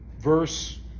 verse